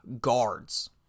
guards